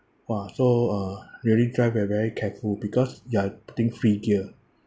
!wah! so uh really drive very very careful because you are putting free gear